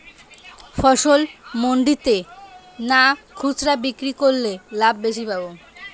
ফসল মন্ডিতে না খুচরা বিক্রি করলে লাভ বেশি পাব?